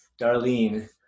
Darlene